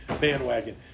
bandwagon